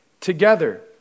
together